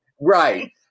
Right